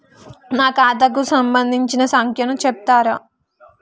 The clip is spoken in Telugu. నా ఖాతా కు సంబంధించిన సంఖ్య ను చెప్తరా?